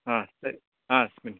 ಹಾಂ ಸರಿ ಹಾಂ ಸ್ ಬನ್ನಿ